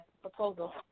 Proposal